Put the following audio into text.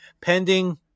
pending